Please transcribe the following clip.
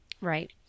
Right